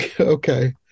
okay